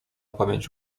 pamięć